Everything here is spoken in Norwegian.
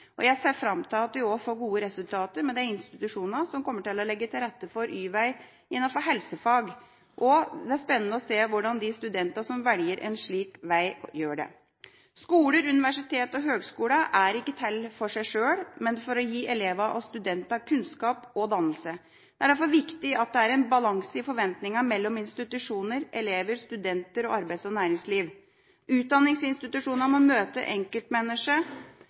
og jeg ser fram til at vi også får gode resultater med de institusjonene som kommer til å legge til rette for Y-vei innenfor helsefag. Det blir spennende å se hvordan de studentene som velger en slik vei, gjør det. Skolene, universitetene og høyskolene er ikke til for seg sjøl, men for å gi elever og studenter kunnskap og dannelse. Det er derfor viktig at det er en balanse i forventningene mellom institusjonene, elevene, studentene og arbeids- og næringslivet. Utdanningsinstitusjonene må møte enkeltmennesket,